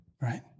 right